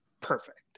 perfect